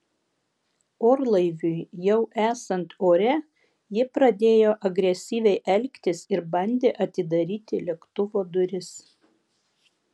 orlaiviui jau esant ore ji pradėjo agresyviai elgtis ir bandė atidaryti lėktuvo duris